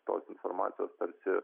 tos informacijos tarsi